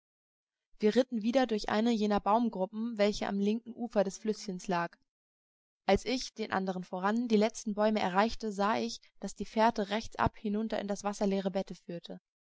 wir ritten wieder durch eine jener baumgruppen welche am linken ufer des flüßchens lag als ich den andern voran die letzten bäume erreichte sah ich daß die fährte rechts ab hinunter in das wasserleere bette führte